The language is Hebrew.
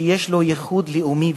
שיש לו ייחוד לאומי ותרבותי.